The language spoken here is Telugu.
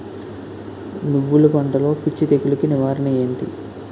నువ్వులు పంటలో పిచ్చి తెగులకి నివారణ ఏంటి?